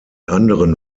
anderen